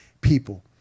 people